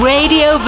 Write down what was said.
Radio